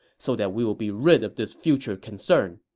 so that we will be rid of this future concern.